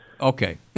okay